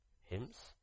hymns